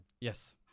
Yes